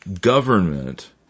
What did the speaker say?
government